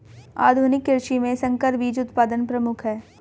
आधुनिक कृषि में संकर बीज उत्पादन प्रमुख है